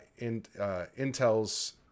Intel's